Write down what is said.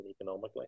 economically